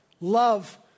love